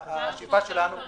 יודע